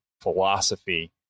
philosophy